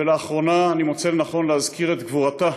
ולאחרונה אני מוצא לנכון להזכיר את גבורתה,